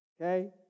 Okay